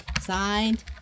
Signed